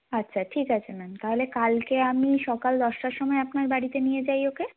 আচ্ছা ঠিক আছে ম্যাম তাহলে কালকে আমি সকাল দশটার সময় আপনার বাড়িতে নিয়ে যাই ওকে